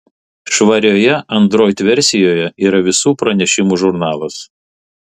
švarioje android versijoje yra visų pranešimų žurnalas